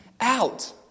out